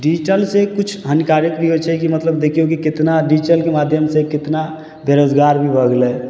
डिजिटलसँ किछु हानिकारक भी होइ छै कि मतलब देखियौ कि केतना डिजिटलके माध्यमसँ केतना बेरोजगार भी भऽ गेल